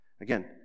Again